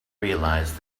realized